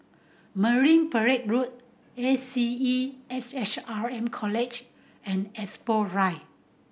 Marine Parade Road A C E S H R M College and Expo Drive